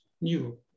new